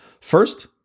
First